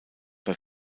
bei